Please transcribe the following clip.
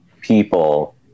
people